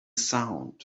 sound